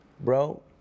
Bro